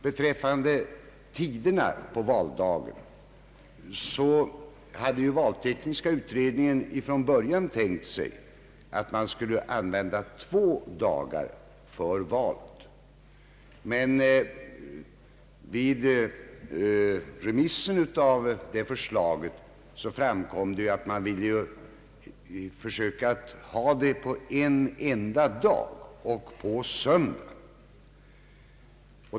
Beträffande tiderna för valförrättningen hade valtekniska utredningen från början tänkt sig att man skulle använda två dagar för val. Vid remissbehandlingen av det förslaget framkom emellertid att valen borde förrättas gemensamt på en enda dag, på en söndag.